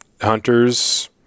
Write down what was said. hunters—